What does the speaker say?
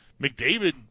McDavid